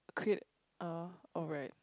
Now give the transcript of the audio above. create uh oh right